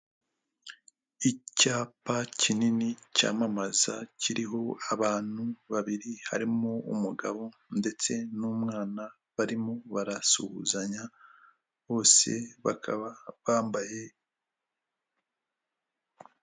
Icyapa kinini cyamamaza kiriho abantu babiri harimo; umugabo ndetse n'umwana barimo barasuhuzanya bose bakaba bambaye.